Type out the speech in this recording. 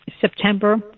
September